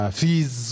fees